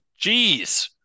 Jeez